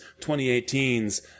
2018's